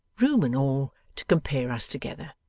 room and all, to compare us together.